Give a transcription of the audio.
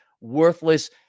worthless